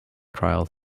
trial